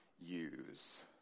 use